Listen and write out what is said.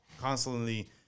constantly